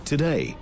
today